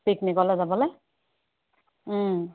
পিকনিকলৈ যাবলৈ